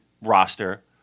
roster